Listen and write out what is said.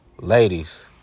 ladies